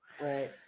Right